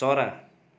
चरा